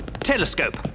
telescope